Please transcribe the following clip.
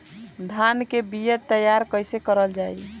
धान के बीया तैयार कैसे करल जाई?